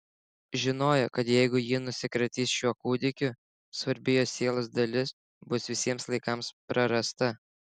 žinojo kad jeigu ji nusikratys šiuo kūdikiu svarbi jos sielos dalis bus visiems laikams prarasta